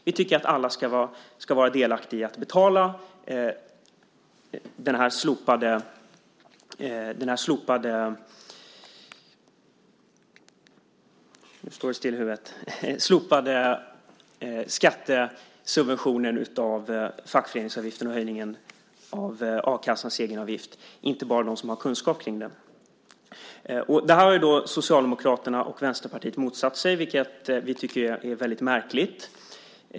Vi tycker att alla ska vara delaktiga i att betala den slopade skattereduktionen för fackföreningsavgiften och höjningen av a-kassans egenavgift. Det ska inte vara något undantag för dem som har kunskap om det här. Socialdemokraterna och Vänsterpartiet har motsatt sig detta, vilket vi tycker är märkligt.